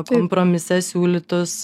kompromise siūlytus